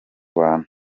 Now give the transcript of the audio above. bantu